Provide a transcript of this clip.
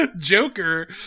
Joker